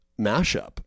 mashup